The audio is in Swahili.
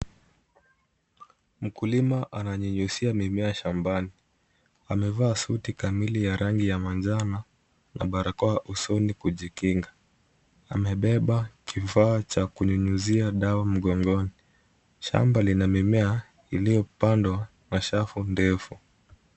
Mkulima ananyunyuzia mimea shambani amevaa suti kamili ya rangi ya manjano na barakoa usoni kujikinga, amebeba kifaa cha kunyunyuzia dawa mgogoni, shamba lina mimea iliyopandwa Kwa shafu ndefu.